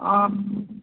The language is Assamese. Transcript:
অঁ